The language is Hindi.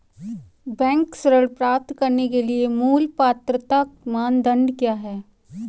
बैंक ऋण प्राप्त करने के लिए मूल पात्रता मानदंड क्या हैं?